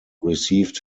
received